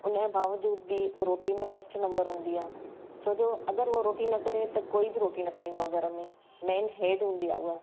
उन जे बावजूदि बि उहा रोटी में फस्ट नम्बर हूंदी आहे छोजो अगरि उहो रोटी न करे त कोई बि रोटी न खाईंदो आहे घर में मेन हेड हूंदी आहे उहा